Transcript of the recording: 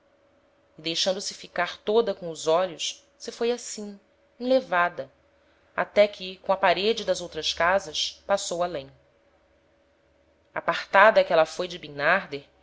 deixando-se ficar toda com os olhos se foi assim enlevada até que com a parede das outras casas passou alem apartada que éla foi de